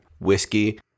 whiskey